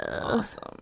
Awesome